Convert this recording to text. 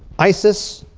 isis,